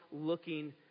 looking